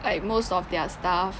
like most of their stuff